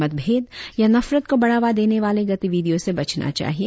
मतभेद या नफरत को बढ़ावा देने वाली गतिविधियों से बचना चाहिए